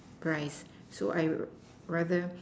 price so I rather